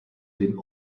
den